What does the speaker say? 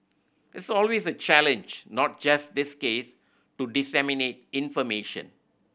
it's always a challenge not just this case to disseminate information